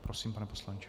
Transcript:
Prosím, pane poslanče.